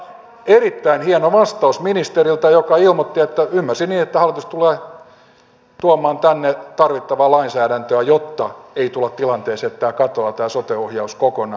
erittäin hieno vastaus ministeriltä joka ilmoitti ymmärsin niin että hallitus tulee tuomaan tänne tarvittavaa lainsäädäntöä jotta ei tulla tilanteeseen että katoaa tämä sote ohjaus kokonaan